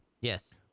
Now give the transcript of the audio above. Yes